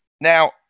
Now